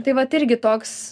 tai vat irgi toks